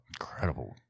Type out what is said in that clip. Incredible